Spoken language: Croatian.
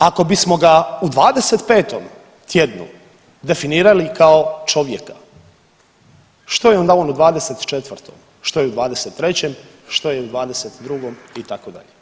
Ako bismo ga u 25. tjednu definirali kao čovjeka, što je onda on u 24., što je u 23., što je u 22. itd.